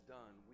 done